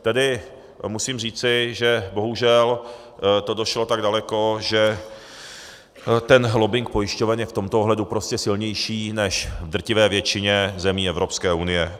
Tedy musím říci, že bohužel to došlo tak daleko, že lobbing pojišťoven je v tomto ohledu prostě silnější než v drtivé většině zemí Evropské unie.